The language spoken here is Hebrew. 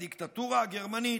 הדיקטטורה הגרמנית,